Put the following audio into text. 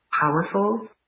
powerful